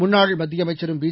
முன்னாள் மத்திய அமைச்சரும் பி